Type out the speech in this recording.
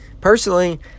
Personally